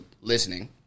listening